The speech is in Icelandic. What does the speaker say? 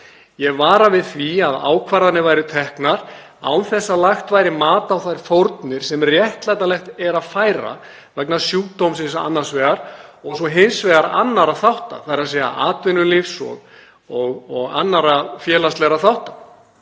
Ég varaði við því að ákvarðanir væru teknar án þess að lagt væri mat á þær fórnir sem réttlætanlegt væri að færa vegna sjúkdómsins annars vegar og svo hins vegar annarra þátta, þ.e. atvinnulífs og annarra félagslegra þátta.